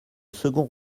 second